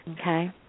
Okay